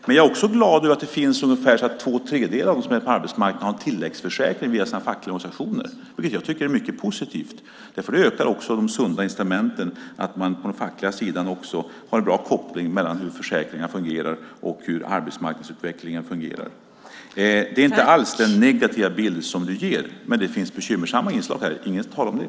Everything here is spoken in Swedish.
Men jag är glad över att ungefär två tredjedelar av dem som är på arbetsmarknaden har en tilläggsförsäkring via sina fackliga organisationer. Det tycker jag är mycket positivt, för det ökar de sunda incitamenten att man på den fackliga sidan har en bra koppling mellan hur försäkringar och arbetsmarknadsutvecklingen fungerar. Det är inte alls en så negativ bild som den du ger, men det finns bekymmersamma inslag här. Det är inte tu tal om det.